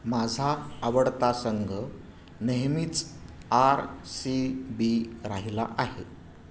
माझा आवडता संघ नेहमीच आर सी बी राहिला आहे